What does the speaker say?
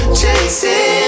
chasing